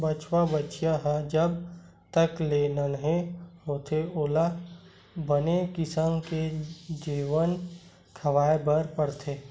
बछवा, बछिया ह जब तक ले नान्हे होथे ओला बने किसम के जेवन खवाए बर परथे